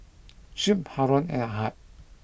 Shuib Haron and Ahad